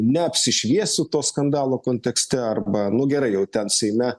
neapsišviesiu to skandalo kontekste arba nu gerai jau ten seime